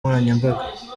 nkoranyambaga